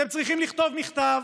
אתם צריכים לכתוב מכתב,